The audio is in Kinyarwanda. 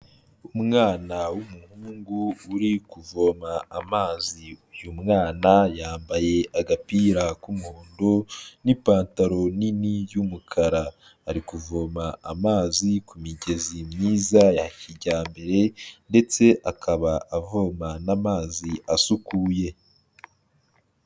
Umwana w'umuhungu uri kuvoma amazi, uyu mwana yambaye agapira k'umuhondo, n'ipantaro nini y'umukara, ari kuvoma amazi, ku migezi myiza ya kijyambere, ndetse akaba avoma n'amazi asukuye.